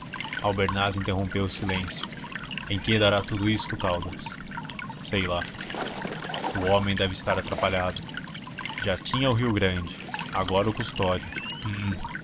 função albernaz interrompeu o silêncio em que dará isto tudo caldas sei lá o homem deve estar atrapalhado já tinha o rio grande agora o custódio hum